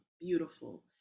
beautiful